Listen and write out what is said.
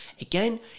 Again